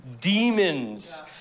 demons